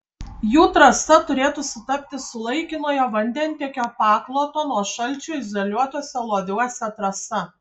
jų trasa turėtų sutapti su laikinojo vandentiekio pakloto nuo šalčio izoliuotuose loviuose trasa